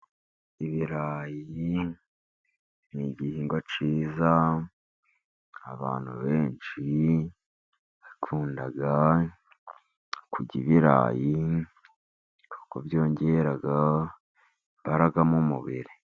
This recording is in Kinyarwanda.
Ibirayi ni igihingwa cyiza abantu benshi bakunda kurya ibirayi kuko byongera imbaraga mu mubiri.